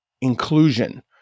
inclusion